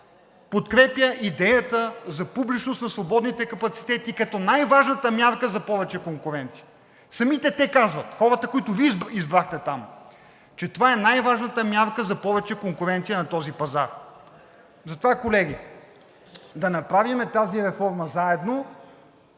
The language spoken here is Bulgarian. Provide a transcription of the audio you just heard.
подкрепя идеята за публичност на свободните капацитети като най-важната мярка за повече конкуренция. Самите те казват – хората, които Вие избрахте там, че това е най-важната мярка за повече конкуренция на този пазар. (Председателят дава сигнал, че времето